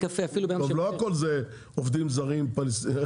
טוב, לא הכול זה עובדים זרים ופלסטינאים.